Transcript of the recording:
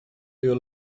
you